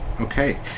Okay